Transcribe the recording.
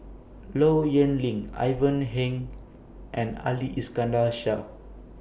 Low Yen Ling Ivan Heng and Ali Iskandar Shah